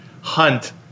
hunt